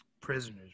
prisoners